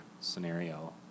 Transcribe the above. scenario